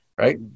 right